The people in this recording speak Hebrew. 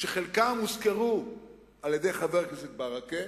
שחלקם הוזכרו על-ידי חבר הכנסת ברכה